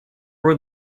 were